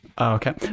Okay